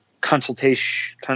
consultation